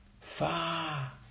far